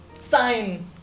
sign